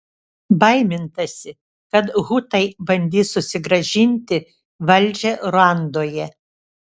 baimintasi kad hutai bandys susigrąžinti valdžią ruandoje